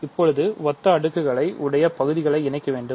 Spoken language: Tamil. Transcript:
இப்போது ஒத்த அடுக்குகளை உடைய பகுதிகளை இணைக்கவேண்டும்